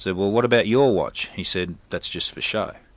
so well what about your watch? he said, that's just for show.